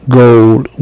gold